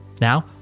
Now